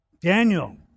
Daniel